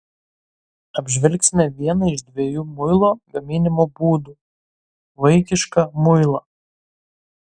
apžvelgsime vieną iš dviejų muilo gaminimo būdų vaikišką muilą